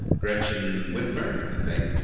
gretchen whitmer i think,